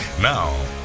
Now